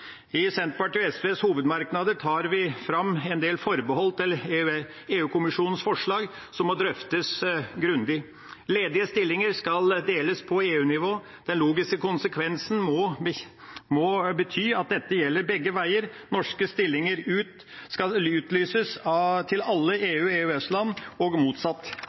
I Senterpartiet og SVs hovedmerknader tar vi fram en del forbehold til EU-kommisjonens forslag som må drøftes grundig. Ledige stillinger skal deles på EU-nivå, og den logiske konsekvensen må bli at dette gjelder begge veier: Norske stillinger skal utlyses til alle EU- og EØS-land, og motsatt.